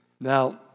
Now